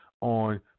on